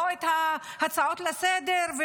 לא את ההצעות לסדר-היום,